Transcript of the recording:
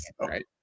right